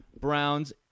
Browns